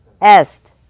Est